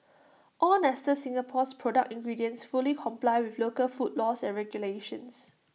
all nestle Singapore's product ingredients fully comply with local food laws and regulations